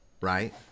right